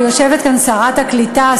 ויושבת כאן שרת הקליטה,